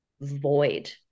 void